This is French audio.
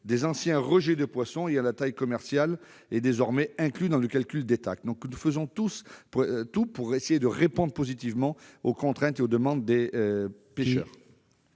des anciens rejets de poissons ayant la taille commerciale et désormais inclus dans le calcul des TAC. Nous faisons tout pour essayer de répondre positivement aux contraintes et aux demandes des pêcheurs.